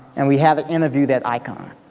and we had to interview that icon.